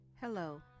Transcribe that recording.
hello